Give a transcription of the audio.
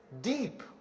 deep